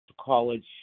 college